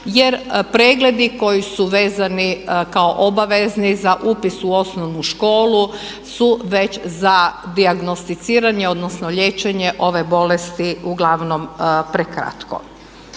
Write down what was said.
jer pregledi koji su vezani kao obvezni za upis u osnovnu školu su već za dijagnosticiranje odnosno liječenje ove bolesti uglavnom prekratko.